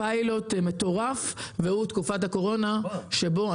תקופת הקורונה יצרה פיילוט,